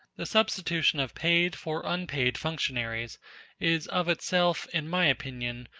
the substitution of paid for unpaid functionaries is of itself, in my opinion,